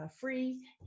free